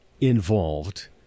involved